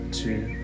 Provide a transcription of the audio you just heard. two